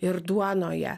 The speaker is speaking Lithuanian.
ir duonoje